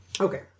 Okay